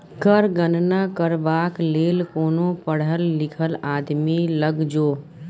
कर गणना करबाक लेल कोनो पढ़ल लिखल आदमी लग जो